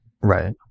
Right